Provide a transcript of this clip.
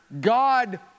God